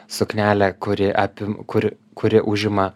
suknelė kuri apim kur kuri užima